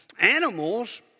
Animals